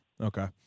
Okay